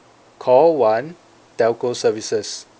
call one telco services